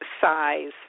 size